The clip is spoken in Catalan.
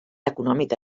econòmica